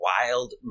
wild